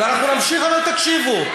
ונמשיך, ואתם תקשיבו.